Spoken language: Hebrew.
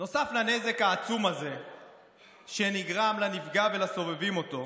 נוסף לנזק העצום הזה שנגרם לנפגע ולסובבים אותו,